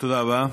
תודה רבה.